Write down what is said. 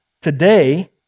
Today